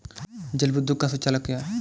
जल विद्युत का सुचालक है